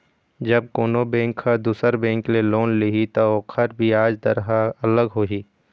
जब कोनो बेंक ह दुसर बेंक ले लोन लिही त ओखर बियाज दर ह अलग होही